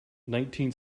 nineteen